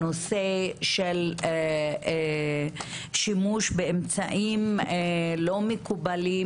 הנושא של שימוש באמצעים לא מקובלים,